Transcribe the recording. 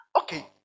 Okay